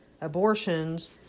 abortions